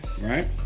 right